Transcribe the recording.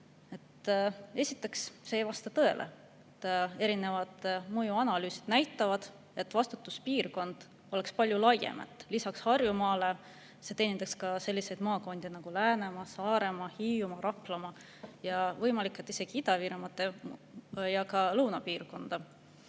Esiteks, see ei vasta tõele. Erinevad mõjuanalüüsid näitavad, et [Tallinna Haigla] vastutuspiirkond oleks palju laiem, lisaks Harjumaale teenindaks see ka selliseid maakondi nagu Läänemaa, Saaremaa, Hiiumaa, Raplamaa ja võimalik, et isegi Ida-Virumaad ja ka lõunapiirkonda.